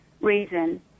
reason